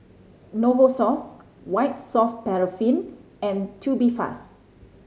Novosource White Soft Paraffin and Tubifast